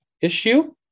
issue